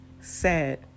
sad